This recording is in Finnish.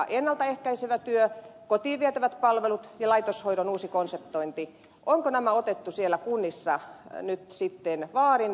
ennalta ehkäisevä työ kotiin vietävät palvelut ja laitoshoidon uusi konseptointi otettu siellä kunnissa nyt sitten vaarin